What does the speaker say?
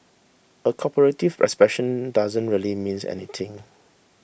a comparative expression that doesn't really mean anything